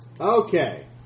Okay